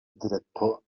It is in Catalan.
director